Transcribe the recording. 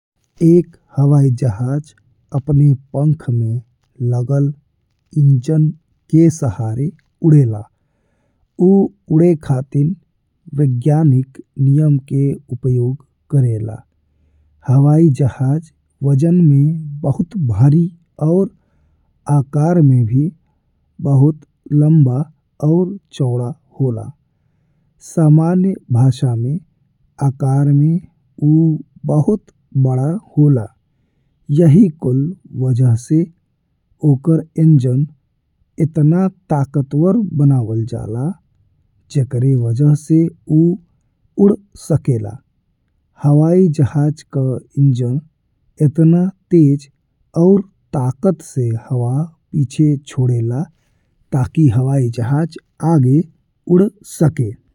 एक हवाई जहाज अपने पंख में लागल इंजन के सहारे उड़े ला, ऊ उड़े खातिर वैज्ञानिक नियम का उपयोग करेला। हवाई जहाज वजन में बहुत भारी और आकार में भी बहुत लंबा और चौड़ा होला, सामान्य भाषा में आकार में ऊ बहुत बड़ा होला। यही कुल वजह से ओकर इंजन एतना ताकतवर बनावल जाला जेकरे वजह से ऊ उड़ सके, हवाई जहाज का इंजन एतना तेज और ताकत से हवा पीछे छोड़ेला ताकि हवाई जहाज आगे उड़ सके।